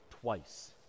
twice